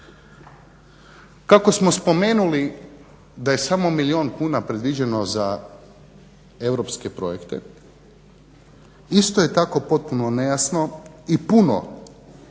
Kako smo spomenuli da je samo milijun kuna predviđeno za europske projekte, isto je tako potpuno nejasno i puno